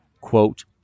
quote